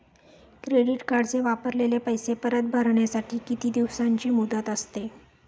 Credit कार्डचे वापरलेले पैसे परत भरण्यासाठी किती दिवसांची मुदत असते?